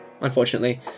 unfortunately